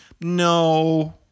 No